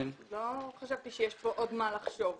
לא חשבתי שיש כאן עוד מה לחשוב.